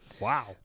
Wow